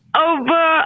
over